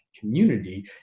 Community